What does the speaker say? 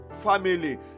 family